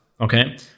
okay